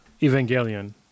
Evangelion